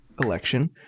election